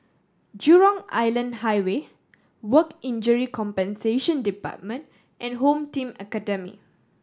Jurong Island Highway Work Injury Compensation Department and Home Team Academy